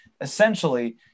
Essentially